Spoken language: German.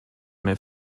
mehr